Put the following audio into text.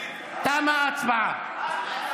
תמה ההצבעה.